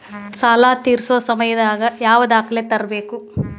ಸಾಲಾ ತೇರ್ಸೋ ಸಮಯದಾಗ ಯಾವ ದಾಖಲೆ ತರ್ಬೇಕು?